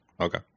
Okay